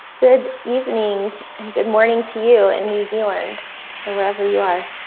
good evening and good morning to you in new zealand or wherever you are.